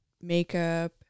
makeup